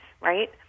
right